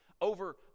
over